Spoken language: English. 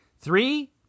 Three